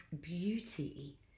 beauty